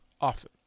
Often